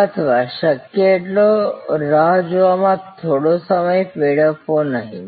અથવા શક્ય તેટલો રાહ જોવામાં થોડો સમય વેડફવો નહીં